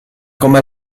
come